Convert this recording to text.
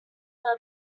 are